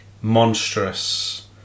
monstrous